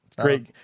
Great